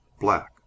black